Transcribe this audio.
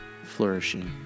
flourishing